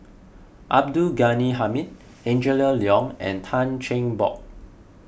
Abdul Ghani Hamid Angela Liong and Tan Cheng Bock